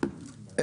מהממ"מ?